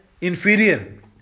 inferior